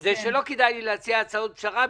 זה שלא כדאי לי להציע הצעות פשרה,